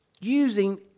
using